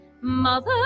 Mother